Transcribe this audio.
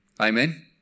Amen